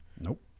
Nope